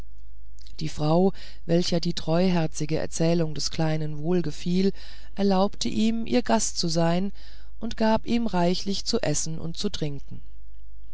die frau welcher die treuherzige erzählung des kleinen wohl gefiel erlaubte ihm ihr gast zu sein und gab ihm reichlich zu essen und zu trinken